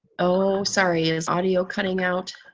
oh sorry, is audio cutting out?